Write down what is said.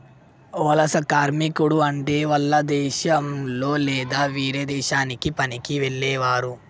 వలస కార్మికుడు అంటే వాల్ల దేశంలొ లేదా వేరే దేశానికి పనికి వెళ్లేవారు